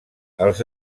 els